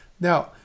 Now